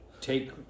take